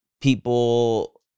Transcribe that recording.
people